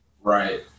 Right